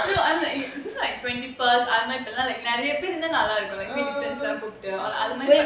no I'm like is this like twenty first இப்போல்லாம் நல்லா இருக்கும்:ipolaam nallaa irukum got like a bit difference lah கூப்டு அது மாதிரி:koopdu athu maathiri